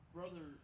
Brother